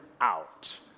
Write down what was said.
out